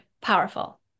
powerful